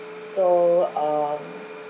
so um